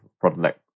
product